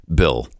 bill